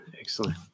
excellent